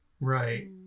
Right